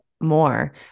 more